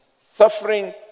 suffering